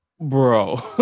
bro